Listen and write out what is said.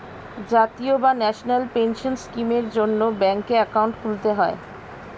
জাতীয় বা national pension স্কিমের জন্যে ব্যাঙ্কে অ্যাকাউন্ট খুলতে হয়